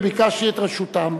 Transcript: וביקשתי את רשותם.